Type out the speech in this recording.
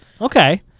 Okay